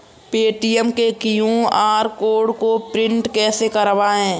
Paytm के QR code को print कैसे करवाएँ?